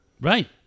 Right